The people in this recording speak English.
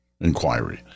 inquiry